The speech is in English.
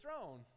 throne